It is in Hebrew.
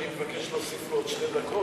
אני מבקש להוסיף לו עוד שתי דקות,